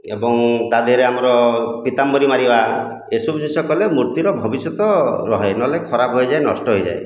ଏବଂ ତା ଦେହରେ ଆମର ପିତାମ୍ବରି ମାରିବା ଏସବୁ ଜିନିଷ କଲେ ମୂର୍ତ୍ତିର ଭବିଷ୍ୟତ ରହେ ନହେଲେ ଖରାପ ହୋଇଯାଏ ନଷ୍ଟ ହୋଇଯାଏ